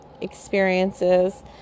experiences